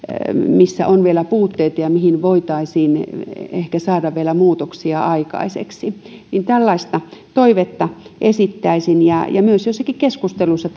missä on vielä puutteita ja mihin voitaisiin ehkä saada vielä muutoksia aikaiseksi tällaista toivetta esittäisin myös joissakin keskusteluissa